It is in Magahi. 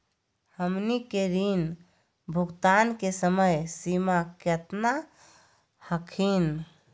हमनी के ऋण भुगतान के समय सीमा केतना हखिन?